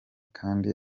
kandi